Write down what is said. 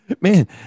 Man